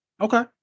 Okay